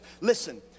listen